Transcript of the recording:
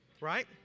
right